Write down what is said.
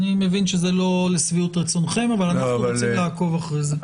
אני מבין שזה לא לשביעות רצונכם אבל אנחנו רוצים לעקוב אחרי זה.